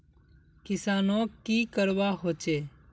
किसानोक की करवा होचे?